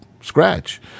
scratch